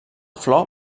flor